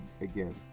again